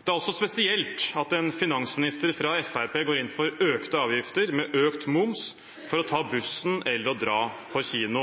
Det er også spesielt at en finansminister fra Fremskrittspartiet går inn for økte avgifter, med økt moms, for å ta bussen eller å dra på kino.